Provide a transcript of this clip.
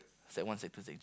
sec one sec two sec